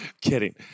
Kidding